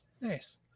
nice